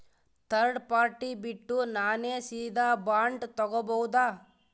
Third party ಬಿಟ್ಟು ನಾನೇ ಸೀದಾ ಬಾಂಡ್ ತೋಗೊಭೌದಾ?